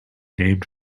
named